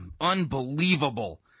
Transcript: Unbelievable